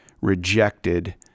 rejected